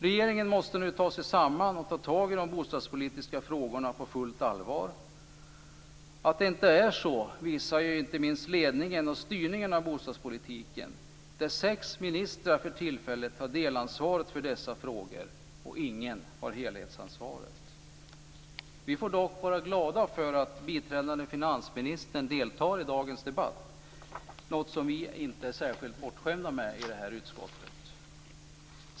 Regeringen måste ta sig samman och ta tag i de bostadspolitiska frågorna på fullt allvar. Att det inte är så visar inte minst ledningen och styrningen av bostadspolitiken. Sex ministrar har för tillfället delansvaret för dessa frågor, men ingen har helhetsansvaret. Vi får dock vara glada för att biträdande finansministern deltar i dagens debatt - något som vi inte är särskilt bortskämda med i det här utskottet.